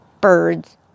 birds